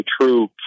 true